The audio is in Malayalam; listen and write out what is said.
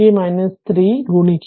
അതിനാൽ ഇത് ഗുണിക്കുക